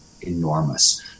enormous